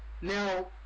Now